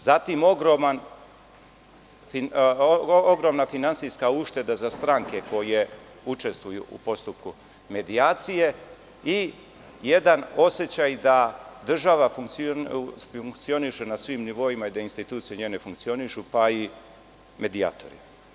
Zatim, ogromna finansijska ušteda za stranke koje učestvuju u postupku medijacije i jedan osećaj da država funkcioniše na svim nivoima i da institucije njene funkcionišu pa i medijatori.